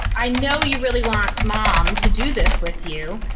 i know you really want mom to do this with you,